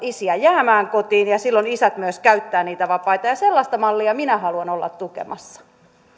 isiä jäämään kotiin ja silloin isät myös käyttävät niitä vapaita ja sellaista mallia minä haluan olla tukemassa